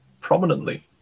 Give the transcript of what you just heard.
prominently